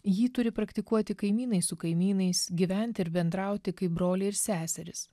jį turi praktikuoti kaimynai su kaimynais gyventi ir bendrauti kaip broliai ir seserys